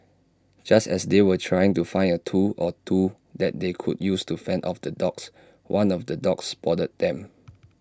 just as they were trying to find A tool or two that they could use to fend off the dogs one of the dogs spotted them